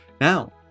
Now